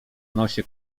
nosie